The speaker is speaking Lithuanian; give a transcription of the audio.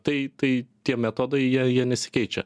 tai tai tie metodai jie jie nesikeičia